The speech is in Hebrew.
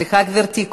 סליחה, גברתי.